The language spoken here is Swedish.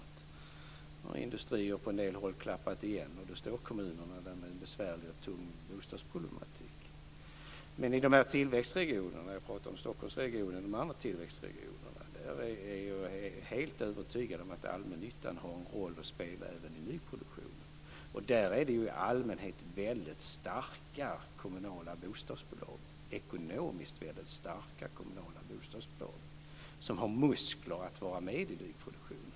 Nu har industrierna på en del håll klappat igen, och då står kommunerna där med en besvärlig och tung bostadsproblematik. Men i tillväxtregionerna, och jag talar då om Stockholmsregionen och de andra tillväxtregionerna, är jag helt övertygad om att allmännyttan har en roll att spela även i nyproduktionen. Och där är det ju i allmänhet ekonomiskt väldigt starka kommunala bostadsbolag som har muskler att vara med i nyproduktionen.